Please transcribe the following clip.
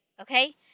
okay